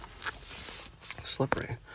Slippery